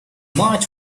march